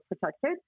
protected